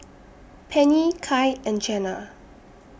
Pennie Kai and Jenna